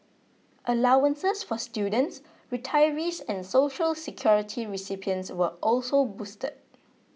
allowances for students retirees and Social Security recipients were also boosted